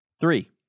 Three